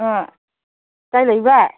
ꯑꯥ ꯀꯥꯏ ꯂꯩꯕ